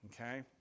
okay